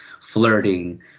flirting